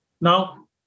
Now